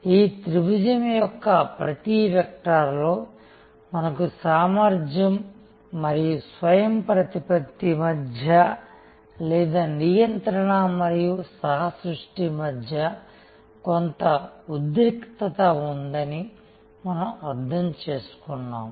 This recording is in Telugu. ఈ త్రిభుజం యొక్క ప్రతి వెక్టార్లో మనకు సామర్థ్యం మరియు స్వయంప్రతిపత్తి మధ్య లేదా నియంత్రణ మరియు సహ సృష్టి మధ్య కొంత ఉద్రిక్తత ఉందని మనం అర్థం చేసుకున్నాము